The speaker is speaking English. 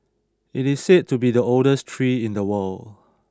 it is said to be the oldest tree in the world